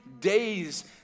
days